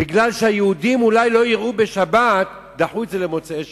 בגלל האפשרות שהיהודים אולי לא יראו בשבת דחו אותו למוצאי שבת.